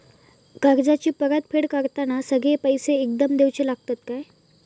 कर्जाची परत फेड करताना सगळे पैसे एकदम देवचे लागतत काय?